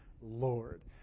Lord